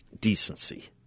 decency